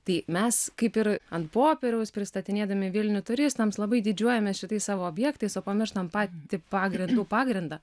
tai mes kaip ir ant popieriaus pristatinėdami vilnių turistams labai didžiuojamės šitais savo objektais o pamirštam patį pagrindų pagrindą